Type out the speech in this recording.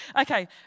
Okay